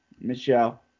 Michelle